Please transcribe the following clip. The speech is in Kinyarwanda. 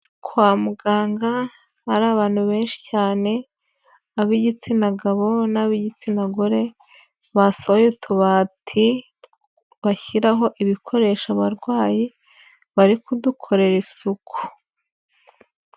Kwa muganga ahari abantu benshi cyane ab'igitsina gabo n'ab'igitsina gore, basohoye utubati bashyiraho ibikoresho abarwayi, bari kudukorera isuku.